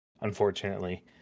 unfortunately